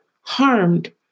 harmed